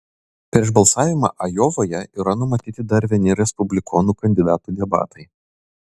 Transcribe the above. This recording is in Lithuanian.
prieš balsavimą ajovoje yra numatyti dar vieni respublikonų kandidatų debatai